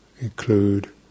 include